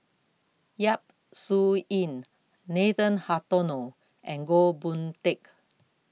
Yap Su Yin Nathan Hartono and Goh Boon Teck